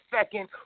second